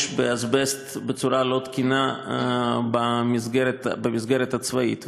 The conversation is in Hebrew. באזבסט בצורה לא-תקינה במסגרת הצבאית.